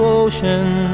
ocean